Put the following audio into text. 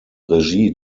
regie